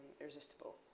irresistible